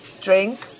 drink